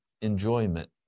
Enjoyment